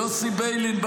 יוסי ביילין,